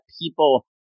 people